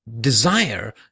desire